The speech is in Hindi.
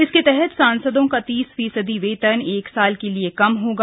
इसके तहत सांसदों का तीस फीसदी वेतन एक साल के लिए कम होगा